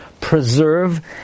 preserve